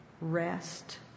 Rest